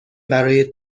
برای